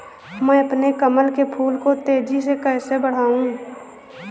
मैं अपने कमल के फूल को तेजी से कैसे बढाऊं?